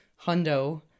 hundo